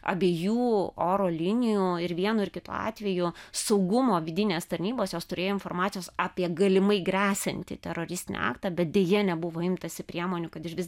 abiejų oro linijų ir vienu ir kitu atveju saugumo vidinės tarnybos jos turėjo informacijos apie galimai gresiantį teroristinį aktą bet deja nebuvo imtasi priemonių kad iš vis